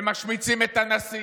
הם משמיצים את הנשיא.